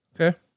Okay